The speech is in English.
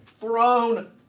throne